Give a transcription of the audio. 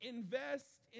Invest